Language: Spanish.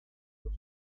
por